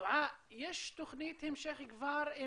דועא, יש תוכנית המשך כבר?